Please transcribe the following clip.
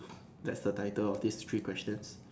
that's the title of this three questions